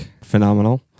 phenomenal